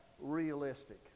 realistic